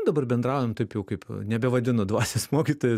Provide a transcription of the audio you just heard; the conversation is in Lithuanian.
dabar bendraujam taip jau kaip nebevadinu dvasios mokytojais